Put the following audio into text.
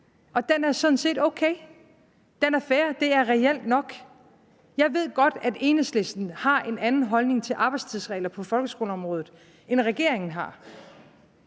og den er sådan set o.k. Den er fair, det er reelt nok. Jeg ved godt, at Enhedslisten har en anden holdning til arbejdstidsregler på folkeskoleområdet, end regeringen har.